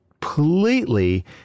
completely